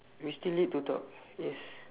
we still need to talk yes